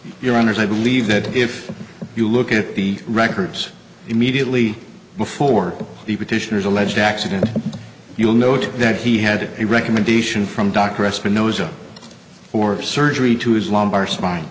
your honour's i believe that if you look at the records immediately before the petitioners alleged accident you'll note that he had a recommendation from dr espinosa for surgery to his lumbar spine